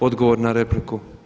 Odgovor na repliku?